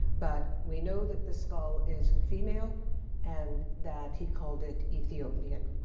but we know that the skull is female and that he called it ethiopian.